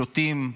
שותים,